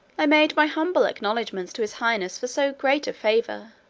i made my humble acknowledgments to his highness for so great a favour.